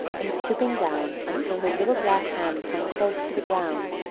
and stooping down until her little black hands hung close to the ground,